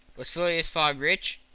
was phileas fogg rich?